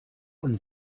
und